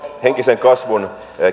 henkisen kasvun